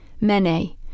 Mene